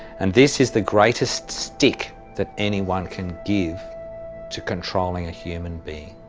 and this is the greatest stick that anyone can give to controlling a human being.